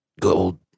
gold